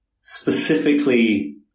specifically